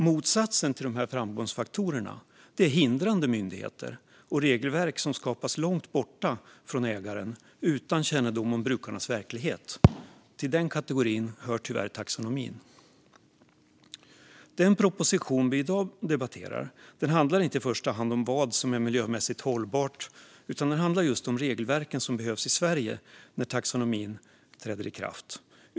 Motsatsen till dessa framgångsfaktorer är hindrande myndigheter och regelverk som skapas långt bort från ägarna, utan kännedom om brukarnas verklighet. Till den kategorin hör tyvärr taxonomin. Den proposition som vi i dag debatterar handlar inte i första hand om vad som är miljömässigt hållbart, utan den handlar just om de regelverk som behövs i Sverige när taxonomin träder i kraft.